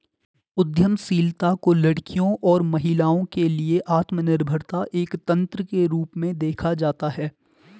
उद्यमशीलता को लड़कियों और महिलाओं के लिए आत्मनिर्भरता एक तंत्र के रूप में देखा जाता है